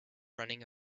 running